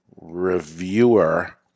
Reviewer